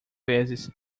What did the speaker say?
vezes